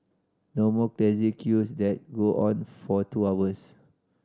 no more crazy queues that go on for two hours